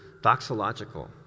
doxological